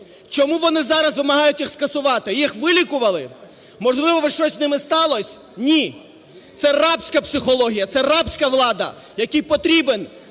Чому вони зараз вимагають їх скасувати? Їх вилікували? Можливо, щось з ними сталось? Ні! Це рабська психологія, це рабська влада, якій потрібен